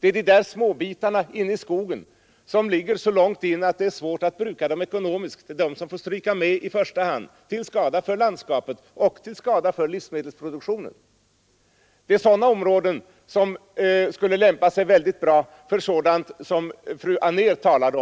Det är de där småbitarna inne i skogen som är svåra att bruka ekonomiskt som får stryka med i första hand till skada för landskapet och till skada för livsmedelsproduktionen. Det är sådana områden som skulle lämpa sig bra för sådana brukningsmetoder som fru Anér här talade